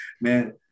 man